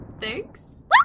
thanks